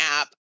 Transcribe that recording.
app